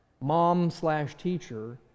mom-slash-teacher